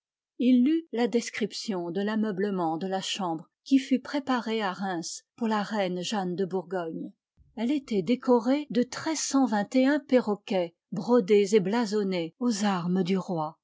lut la description de l'ameublement de la chambre qui fut préparée à reims pour la reine jeanne de bourgogne elle était décorée de treize cent vingt et un perroquets brodés et blasonnés aux armes du roi